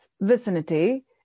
vicinity